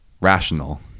rational